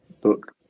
book